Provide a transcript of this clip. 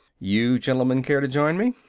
you gentlemen care to join me?